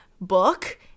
book